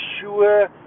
sure